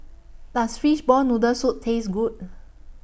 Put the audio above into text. Does Fishball Noodle Soup Taste Good